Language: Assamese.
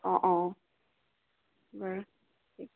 অঁ অঁ